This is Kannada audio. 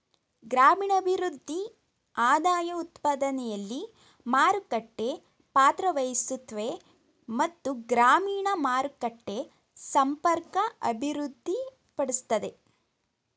ಗ್ರಾಮೀಣಭಿವೃದ್ಧಿ ಆದಾಯಉತ್ಪಾದನೆಲಿ ಮಾರುಕಟ್ಟೆ ಪಾತ್ರವಹಿಸುತ್ವೆ ಮತ್ತು ಗ್ರಾಮೀಣ ಮಾರುಕಟ್ಟೆ ಸಂಪರ್ಕ ಅಭಿವೃದ್ಧಿಪಡಿಸ್ತದೆ